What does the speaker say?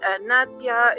Nadia